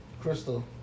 Crystal